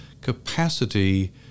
capacity